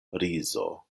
rizo